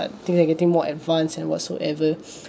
things are getting more advanced and whatsoever